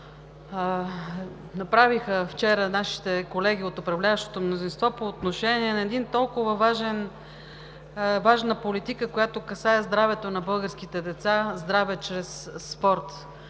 направиха вчера нашите колеги от управляващото мнозинство, по отношение на една толкова важна политика, която касае здравето на българските деца – здраве чрез спорт.